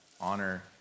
honor